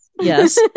yes